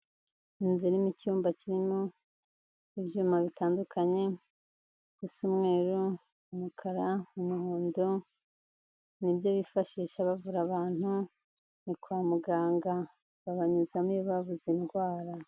Inzu irimo icyumba kirimo ibyuma bitandukanye bisa umweru, umukara, umuhondo, ni byo bifashisha bavura abantu, ni kwa muganga. Babanyuzamo iyo babuze indwara.